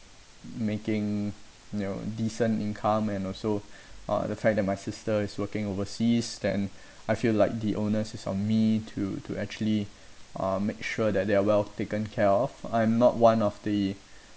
making you know decent income and also uh the fact that my sister is working overseas then I feel like the onus is on me to to actually uh make sure that they are well taken care of I'm not one of the